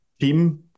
team